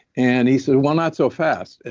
and he said, well not so fast.